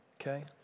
Okay